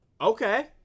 Okay